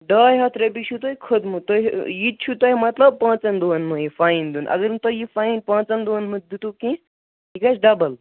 ڈاے ہَتھ رۄپیہِ چھُو تۄہہِ اَتھ کھوتمُت یہِ تہِ چھُ تۄہہِ مَطلَب پٲنٛژَن دۄہنےٕ فاین دِیُن اگر نہٕ تۄہہِ یہِ فاین پانٛژَن دُہَن منٛز دِتُوٕ کیٚنٛہہ یہِ گَژھِ ڈَبٕل